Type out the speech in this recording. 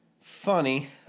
funny